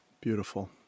beautiful